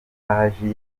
paji